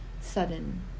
sudden